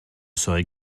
serai